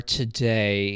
today